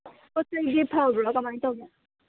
ꯄꯣꯠ ꯆꯩꯗꯤ ꯐꯕ꯭ꯔꯥ ꯀꯃꯥꯏꯅ ꯇꯧꯒꯦ